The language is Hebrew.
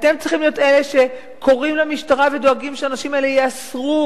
אתם צריכים להיות אלה שקוראים למשטרה ודואגים שהאנשים האלה ייאסרו,